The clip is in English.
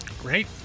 great